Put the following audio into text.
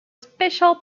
special